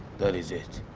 that is it.